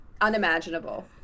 unimaginable